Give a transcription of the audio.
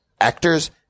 actors